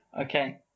Okay